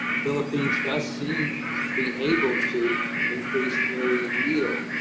philippines does seem to be able to increase area and yield.